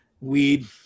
weed